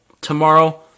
tomorrow